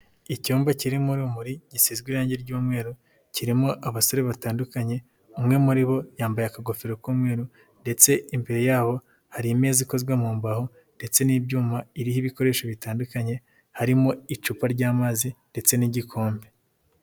Icyumba kirimo urumuri gisizwe irangi ry'umweru, kirimo abasore batandukanye umwe muri bo yambaye akagofero k'umweru ndetse imbere yabo hari imeza ikozwe mu mbaho ndetse n'ibyuma, iriho ibikoresho bitandukanye harimo icupa ry'amazi ndetse n'igikombe.